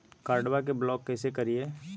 कार्डबा के ब्लॉक कैसे करिए?